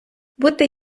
бути